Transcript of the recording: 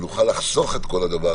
נוכל לחסוך את הכול,